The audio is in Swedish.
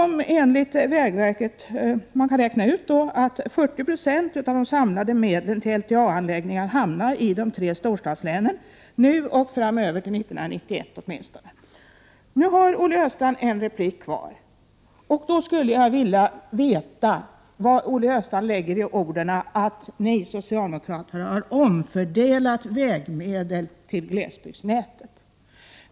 Man kan räkna ut att 40 26 av de samlade medlen till länstrafikanläggningar hamnar i de tre storstadslänen fram till åtminstone 1991. Olle Östrand har en replik kvar, och då skulle jag vilja veta vad han lägger i orden: nej, socialdemokraterna har omfördelat vägmedlen till glesbygdsnätet.